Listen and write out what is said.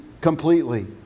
completely